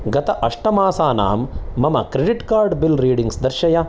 गत अष्टमासानां मम क्रेडिट् कार्ड् बिल् रीडिङ्ग्स् दर्शय